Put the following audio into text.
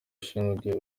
ushinzwe